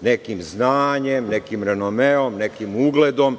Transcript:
nekim znanjem, nekim renomeom, nekim ugledom